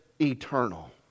eternal